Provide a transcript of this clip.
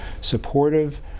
supportive